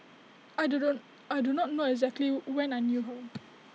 I do don't I do not know exactly when I knew her